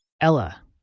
Ella